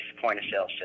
point-of-sale